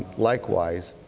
likewise,